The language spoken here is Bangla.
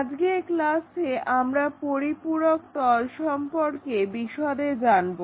আজকের ক্লাসে আমরা পরিপূরক তল সম্পর্কে বিশদে জানবো